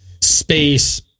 space